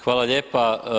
Hvala lijepa.